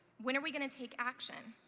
when are we gonna take action?